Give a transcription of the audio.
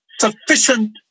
sufficient